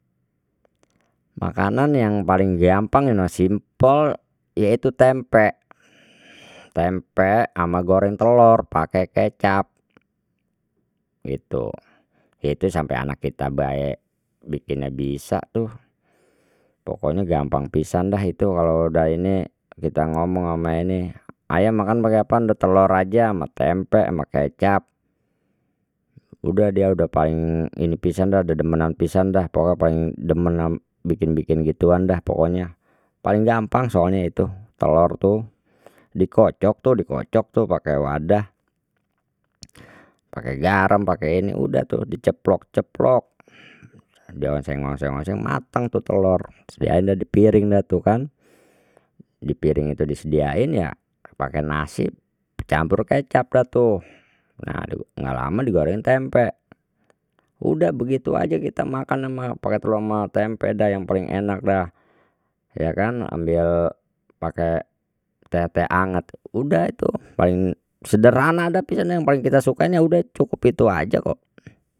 Makanan yang paling gampang simple ya itu tempe, tempe ama goreng telor pake kecap gitu, itu sampai anak kita bae bikinnya bisa tuh, pokoknya gampang pisan dah itu kalau dah ini kita ngomong ama ini ayah makan pake apaan, dah telor aje ama tempe ama kecap, udah dia udah paling ini pisan dah dedemenan pisan dah pokoknya paling demen bikin bikin begituan dah pokoknya, paling gampang soalnya itu, telor tu dikocok tu dikocok tu pake wadah pake garem ake ini udah tu diceplok ceplok dioseng oseng oseng mateng tu telor sediain dipiring dah tu kan, dipiring itu disediain ya pake nasi dicampur kecap dah tu, nah ga lama dia goreng tempe udah begitu aja kita makan ama pake telor ma tempe dah yang paling enak dah ya kan ambil pake teh teh anget udah itu sederhana dah pisan yang paling kita sukain ya cukup itu aja kok.